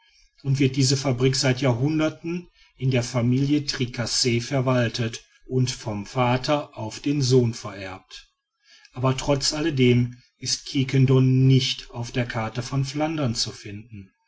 und wird diese fabrik seit jahrhunderten in der familie tricasse verwaltet und vom vater auf den sohn vererbt aber trotz alledem ist quiquendone nicht auf der karte von flandern zu finden